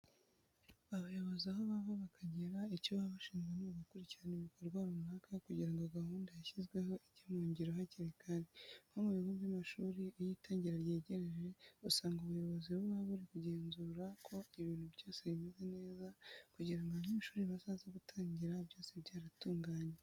Abayobozi aho bava bakagera icyo baba bashinzwe ni ugukurikirana ibikorwa runaka kugira ngo gahunda yashyizweho ijye mu ngiro hakiri kare. Nko mu bigo by'amashuri iyo itangira ryegereje usanga ubuyobozi buba buri kugenzura ko ibintu byose bimeze neza kugira ngo abanyeshuri bazaze gutangira byose byaratunganye.